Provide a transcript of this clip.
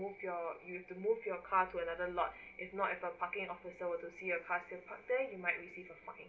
move your you have to move your car to another lot if not if a parking officer will to see your car still park there you might receive a fine